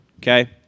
Okay